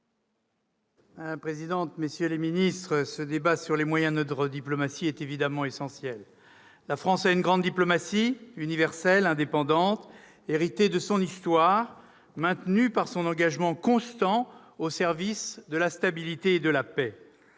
secrétaire d'État, mes chers collègues, ce débat sur les moyens de notre diplomatie est évidemment essentiel. La France a une grande diplomatie, universelle et indépendante, héritée de son histoire, maintenue par son engagement constant au service de la stabilité et de la paix.